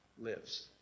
lives